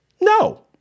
No